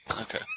Okay